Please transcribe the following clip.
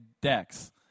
decks